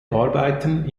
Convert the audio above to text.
arbeiten